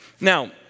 Now